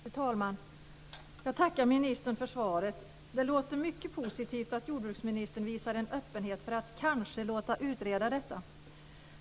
Fru talman! Jag tackar ministern för svaret. Det låter mycket positivt att jordbruksministern visar en öppenhet för att kanske låta utreda detta.